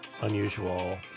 unusual